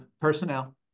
personnel